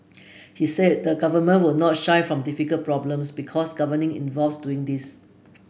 he said the government will not shy from difficult problems because governing involves doing these